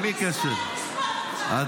בלי קשר --- ההיסטוריה תשפוט אותך.